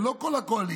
זה לא כל הקואליציה,